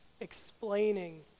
explaining